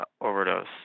overdose